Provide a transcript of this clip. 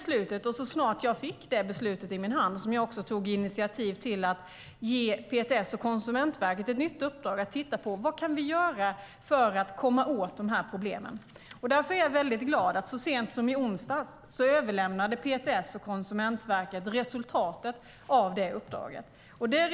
Så snart jag fick det beskedet i min hand tog jag initiativ till att ge PTS och Konsumentverket ett nytt uppdrag som innebar att titta på vad vi kan göra för att komma åt de här problemen. Så sent som i onsdags överlämnade PTS och Konsumentverket resultatet av det uppdraget.